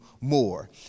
more